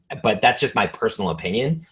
but that's just my personal opinion.